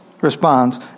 responds